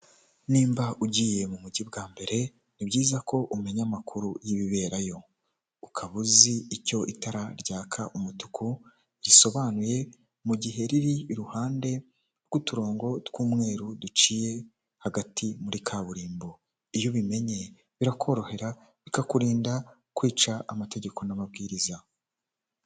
Nimba ugiye mu mujyi bwa mbere, ni byiza ko umenya amakuru y'ibiberayo, ukaba uzi icyo itara ryaka umutuku risobanuye mu gihe riri iruhande rw'uturongo tw'umweru duciye hagati muri kaburimbo, iyo ubimenye birakorohera bikakurinda kwica amategeko n'amabwiriza.